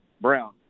brown